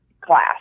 class